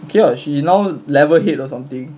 okay lah she now level head or something